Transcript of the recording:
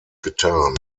getan